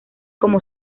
como